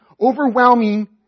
overwhelming